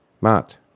Matt